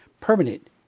permanent